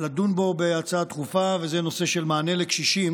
לדון בו בהצעה דחופה, וזה מענה לקשישים